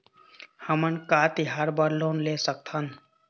हमन का तिहार बर लोन ले सकथन?